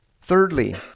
Thirdly